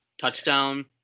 touchdown